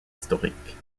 historiques